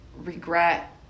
regret